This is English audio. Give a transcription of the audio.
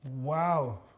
Wow